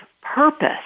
purpose